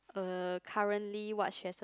uh currently what stresses